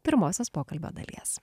pirmosios pokalbio dalies